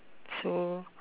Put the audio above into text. so